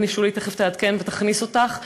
הנה, שולי תכף תעדכן ותכניס אותך.